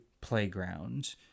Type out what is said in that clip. playground